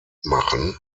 machen